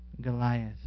Goliath